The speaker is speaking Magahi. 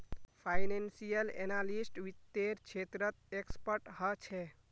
फाइनेंसियल एनालिस्ट वित्त्तेर क्षेत्रत एक्सपर्ट ह छे